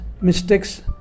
mistakes